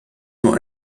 nur